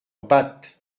bapt